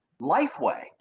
lifeway